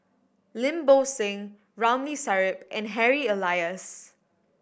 Lim Bo Seng Ramli Sarip and Harry Elias